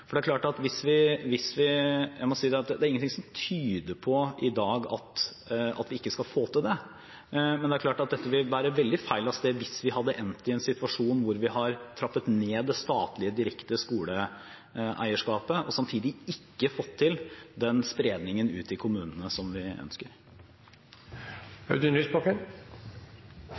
Jeg må si at det er ingenting som tyder på i dag at vi ikke skal få til det, men det er klart at det vil bære veldig feil av sted hvis vi ender i en situasjon hvor vi har trappet ned det statlige direkte skoleeierskapet, og samtidig ikke fått til den spredningen ut i kommunene som vi